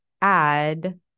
add